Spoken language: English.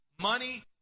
Money